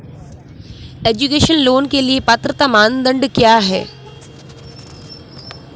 Education loan के लिए पात्रता मानदंड क्या है?